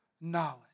knowledge